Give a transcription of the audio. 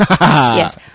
Yes